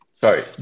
Sorry